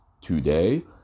Today